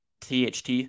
THT